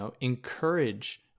encourage